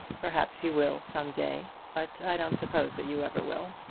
perhaps you will some day. but i don't suppose that you ever will.